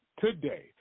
today